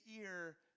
ear